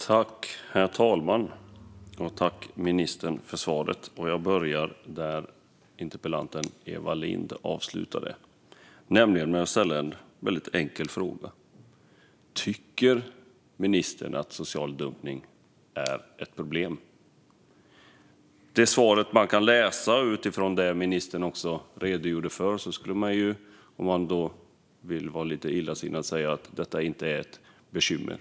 Herr talman! Tack, ministern, för svaret! Jag börjar där interpellanten Eva Lindh slutade, nämligen med att ställa en väldigt enkel fråga: Tycker ministern att social dumpning är ett problem? Utifrån ministerns redogörelse skulle man, om man vill vara lite illasinnad, kunna säga att detta inte är ett bekymmer.